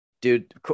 Dude